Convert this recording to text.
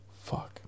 Fuck